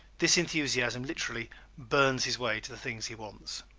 this enthusiasm literally burns his way to the things he wants.